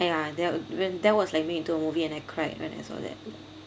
that when that was like made into a movie and I cried when I saw that